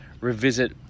revisit